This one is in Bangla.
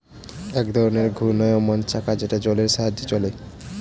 এক ধরনের ঘূর্ণায়মান চাকা যেটা জলের সাহায্যে চলে